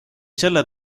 selle